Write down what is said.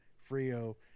Frio